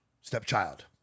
stepchild